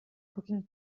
cooking